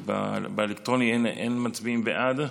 אז באלקטרוני אין מצביעים בעד.